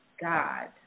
God